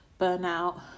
burnout